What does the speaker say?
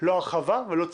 לא הרחבה ולא צמצומה.